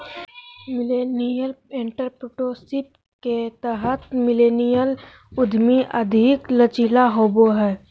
millennial entrepreneurship के तहत millennial उधमी अधिक लचीला होबो हय